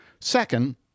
Second